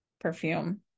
perfume